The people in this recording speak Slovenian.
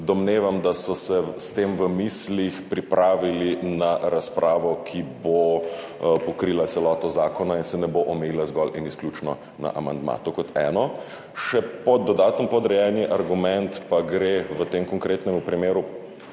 domnevam, da so se s tem v mislih pripravili na razpravo, ki bo pokrila celoto zakona in se ne bo omejila zgolj in izključno na amandma. To kot eno. Še dodaten podrejeni argument pa gre v tem konkretnem primeru